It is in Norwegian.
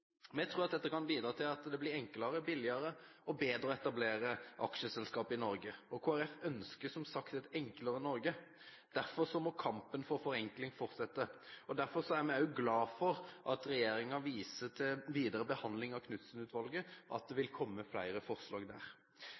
Vi tror at dette kan bidra til at det blir enklere, billigere og bedre å etablere aksjeselskap i Norge. Kristelig Folkeparti ønsker som sagt et enklere Norge. Derfor må kampen for forenkling fortsette. Derfor er vi også glad for at regjeringen viser til den videre behandling av Knudsen-utredningen, og at det vil komme flere forslag der.